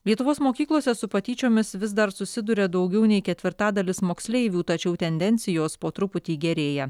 lietuvos mokyklose su patyčiomis vis dar susiduria daugiau nei ketvirtadalis moksleivių tačiau tendencijos po truputį gerėja